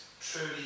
truly